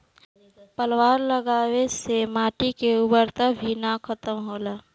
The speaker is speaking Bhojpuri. पलवार लगावे से माटी के उर्वरता भी ना खतम होला